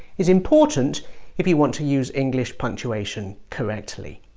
is important if you want to use english punctuation correctly.